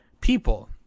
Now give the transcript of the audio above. people